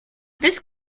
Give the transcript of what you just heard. this